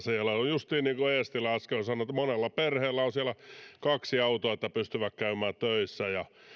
justiin niin kuin eestilä äsken sanoi siellä on monella perheellä kaksi autoa niin että pystyvät käymään töissä kun